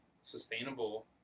sustainable